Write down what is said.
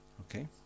Okay